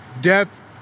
Death